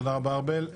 תודה רבה, ארבל.